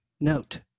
note